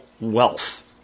wealth